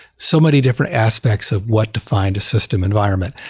so many different aspects of what defines a system environment.